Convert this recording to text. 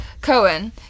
Cohen